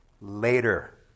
later